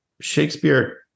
Shakespeare